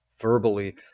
verbally